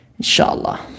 Inshallah